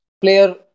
player